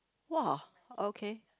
!woah! okay